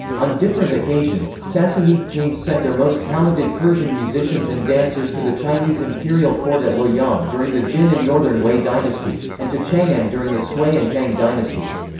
on different occasions, sassanid kings sent their most talented persian musicians and dancers to the chinese imperial court at luoyang during the jin and northern wei dynasties, and to chang'an during the sui and tang dynasties.